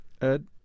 Ed